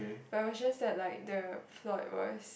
but it was just that like the plot was